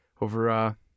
over